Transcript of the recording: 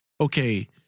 okay